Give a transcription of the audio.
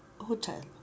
hotel